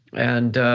and,